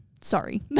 sorry